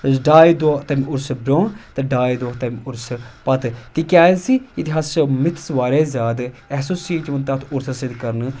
ڈاے دۄہ تَمہِ عُرسہٕ برونٛہہ تہٕ ڈاے دۄہ تَمہِ عُرسہٕ پَتہٕ تِکیازِ ییٚتہِ ہَسا چھِ مِتھٕس واریاہ زیادٕ اٮ۪سوٚسیٹ یِوان تَتھ عُرسَس سۭتۍ کَرنہٕ